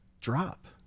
drop